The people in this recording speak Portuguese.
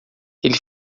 ele